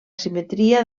simetria